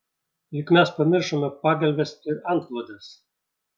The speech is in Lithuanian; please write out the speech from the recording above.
juk mes pamiršome pagalves ir antklodes